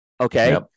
okay